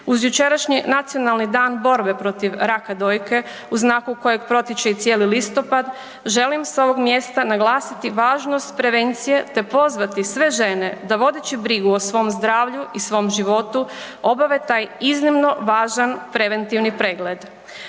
Uz jučerašnji Nacionalni dan borbe protiv raka dojke u znaku kojeg protječe i cijeli listopad želim s ovog mjesta naglasiti važnost prevencije, te pozvati sve žene da vodeći brigu o svom zdravlju i svom životu obave taj iznimno važan preventivni pregled.